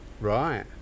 Right